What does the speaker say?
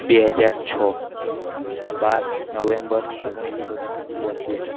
બે હજાર છ બાર નવેમ્બર ઓગણીસો બોત્તેર